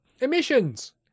Emissions